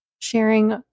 sharing